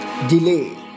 Delay